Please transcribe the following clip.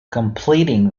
completing